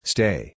Stay